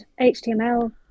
html